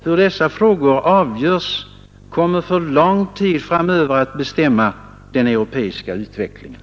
Hur dessa frågor avgörs kommer för lång tid framöver att bestämma den europeiska utvecklingen.